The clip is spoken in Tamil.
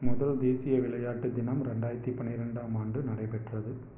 முதல் தேசிய விளையாட்டு தினம் ரெண்டாயிரத்து பன்னிரெண்டாம் ஆண்டு நடைபெற்றது